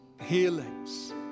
healings